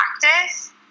practice